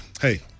hey